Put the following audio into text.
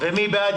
מי בעד?